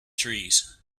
trees